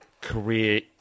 career